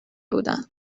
بودند